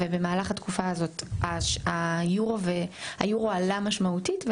ובמהלך התקופה הזאת היורו עלה משמעותית,